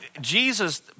Jesus